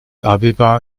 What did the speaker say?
abeba